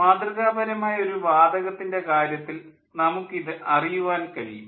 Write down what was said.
മാതൃകാപരമായ ഒരു വാതകത്തിൻ്റെ കാര്യത്തിൽ നമുക്കിത് അറിയുവാൻ കഴിയും